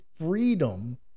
freedom